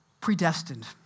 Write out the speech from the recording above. predestined